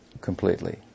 completely